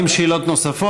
האם יש שאלות נוספות?